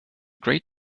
great